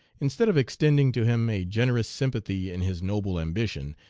instead of extending to him a generous sympathy in his noble ambition,